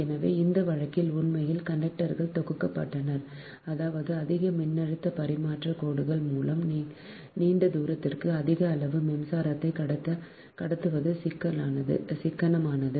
எனவே இந்த வழக்கில் உண்மையில் கண்டக்டர்கள் தொகுக்கப்பட்டனர் அதாவது அதிக மின்னழுத்த பரிமாற்றக் கோடுகள் மூலம் நீண்ட தூரத்திற்கு அதிக அளவு மின்சாரத்தை கடத்துவது சிக்கனமானது